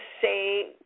say